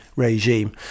regime